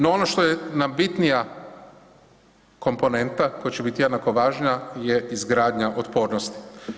No ono što je nam bitnija komponenta koja će biti jednako važna je izgradnja otpornosti.